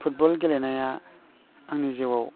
football गेलेनाया आंनि जिउआव